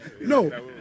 No